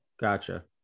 Gotcha